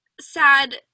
sad